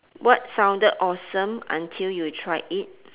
what sounded awesome until you tried it